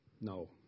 No